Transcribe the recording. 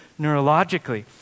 neurologically